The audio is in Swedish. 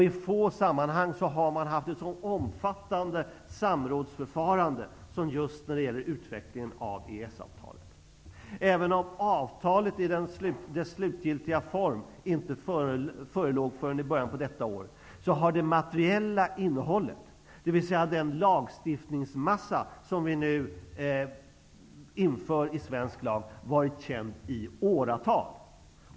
I få sammanhang har man haft ett så omfattande samrådsförfarande som just när det gäller utvecklingen av EES-avtalet. Även om avtalet i sin slutgiltiga form inte förelåg förrän i början av detta år, har det materiella innehållet, dvs den lagstiftningsmassa som vi nu inför i svensk lag, varit känd i åratal.